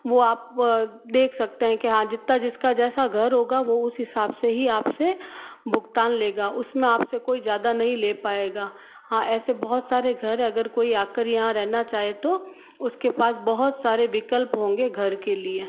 वह आप देख सकते हैं कि हाँ जितना जिसका जैसा घर होगा वह उस हिसाब से ही आपसे भुगतान लेगा उसमें आप से कोई ज़्यादा नहीं ले पाएगा हाँ ऐसे बहुत सारे घर अगर कोई आकर यहाँ रहना चाहे तो उसके पास बहुत सारे विकल्प होंगे घर के लिए